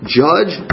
judge